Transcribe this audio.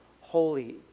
holy